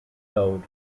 load